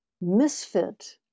misfit